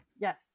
yes